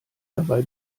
dabei